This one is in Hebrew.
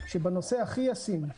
שבנושא הכי ישים,